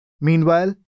Meanwhile